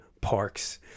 Parks